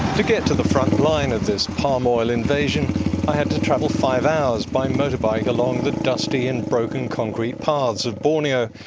to get to the frontline of this palm oil invasion i had to travel five hours by motorbike along the dusty and broken concrete paths of borneo,